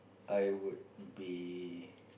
I would be